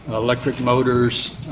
electric motors.